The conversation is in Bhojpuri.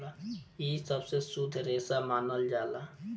इ सबसे शुद्ध रेसा मानल जाला